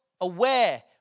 aware